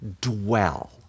dwell